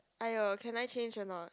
!aiyo! can I change or not